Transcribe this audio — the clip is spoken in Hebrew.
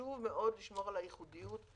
חשוב מאוד לשמור על הייחודיות.